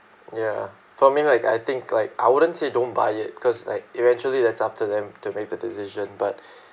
ya for me like I think like I wouldn't say don't buy it because like eventually that's up to them to make the decision but